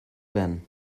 then